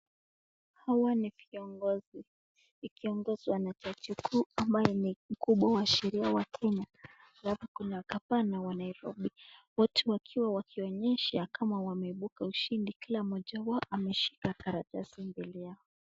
Hawa ni viongozi ikiongozwa na jaji mkuu ambaye ni mkubwa wa sheria wa kenya alafu kuna gavana wa Nairobi wote wakiwa wakionyesha kama wameibuka ushindi. Kila mmoja wao ameshika karatasi mbele yao.